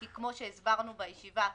כי כמו שהסברנו בישיבה הקודמת,